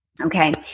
Okay